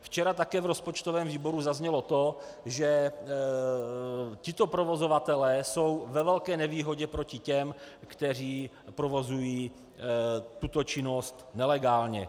Včera také v rozpočtovém výboru zaznělo to, že tito provozovatelé jsou ve velké nevýhodě proti těm, kteří provozují tuto činnost nelegálně.